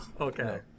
Okay